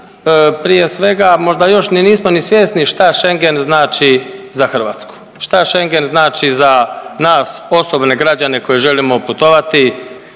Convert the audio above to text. prije svega možda još ni nismo ni svjesni šta Schengen znači za Hrvatsku, šta Schengen znači za nas osobne građane koji želimo putovati,